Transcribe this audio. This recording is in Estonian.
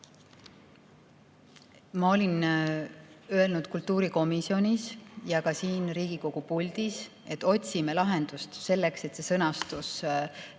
Ma olin öelnud kultuurikomisjonis ja ka siin Riigikogu puldis, et me otsime lahendust selleks, et see sõnastus